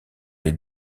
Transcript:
les